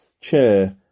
chair